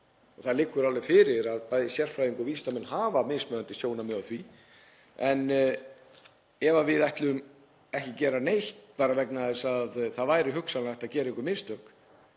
Það liggur alveg fyrir að bæði sérfræðingar og vísindamenn hafa mismunandi sjónarmið á því. En ef við ætlum ekki að gera neitt bara vegna þess að það væri hugsanlega hægt að gera einhver mistök